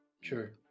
Sure